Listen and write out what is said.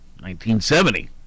1970